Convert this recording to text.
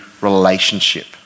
relationship